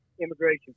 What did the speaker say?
immigration